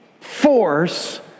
force